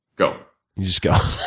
go. you just go.